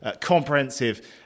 comprehensive